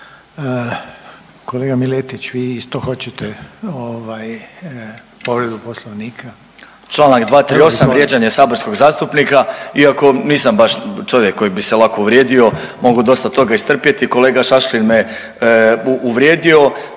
Kolega Miletić, vi isto hoćete ovaj povredu poslovnika? **Miletić, Marin (MOST)** Čl. 238., vrijeđanje saborskog zastupnika iako nisam baš čovjek koji bi se lako uvrijedio, mogu dosta toga istrpjeti. Kolega Šašlin me je uvrijedio